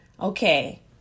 okay